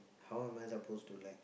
how am I supposed to like